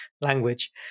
language